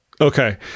Okay